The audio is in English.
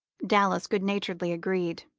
dallas good-naturedly agreed.